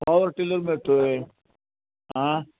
power tiller मिळतो आहे आं